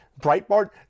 Breitbart